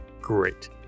Great